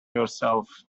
yourself